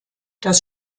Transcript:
das